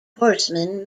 horseman